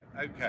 Okay